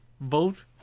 vote